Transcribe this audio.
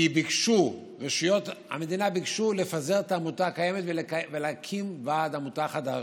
כי רשויות המדינה ביקשו לפזר את העמותה הקיימת ולהקים ועד עמותה חדש.